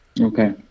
Okay